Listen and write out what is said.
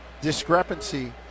discrepancy